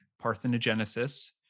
Parthenogenesis